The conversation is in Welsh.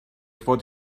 fod